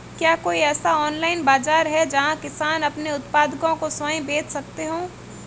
क्या कोई ऐसा ऑनलाइन बाज़ार है जहाँ किसान अपने उत्पादकों को स्वयं बेच सकते हों?